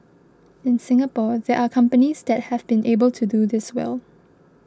in Singapore there are companies that have been able to do this well